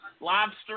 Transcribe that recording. lobster